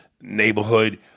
neighborhood